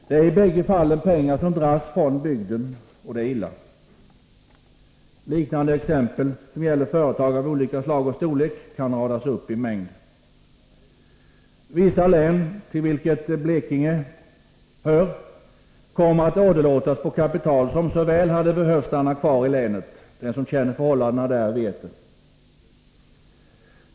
Det är i bägge fallen pengar som dras från bygden, och det är illa. Liknande exempel som gäller företag av olika slag och storlek kan radas upp i mängd. Vissa län, till vilka Blekinge hör, kommer att åderlåtas på kapital som så väl hade behövt stanna kvar i länet. Den som känner förhållandena där vet det.